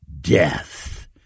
Death